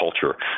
culture